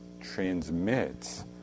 transmits